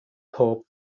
pob